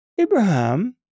Abraham